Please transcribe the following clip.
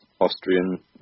Austrian